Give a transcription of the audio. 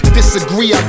Disagree